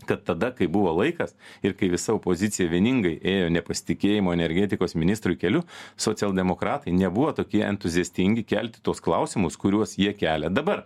kad tada kai buvo laikas ir kai visa opozicija vieningai ėjo nepasitikėjimo energetikos ministru keliu socialdemokratai nebuvo tokie entuziastingi kelti tuos klausimus kuriuos jie kelia dabar